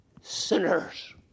sinners